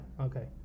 okay